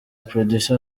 producer